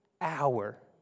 hour